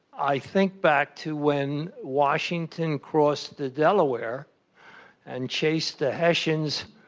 i think back to when washington crossed the delaware and chased the hessians